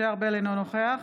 אינו נוכח